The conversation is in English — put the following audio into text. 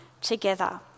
together